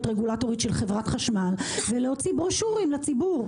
רגולטורית של חברת חשמל ולהוציא ברושורים לציבור.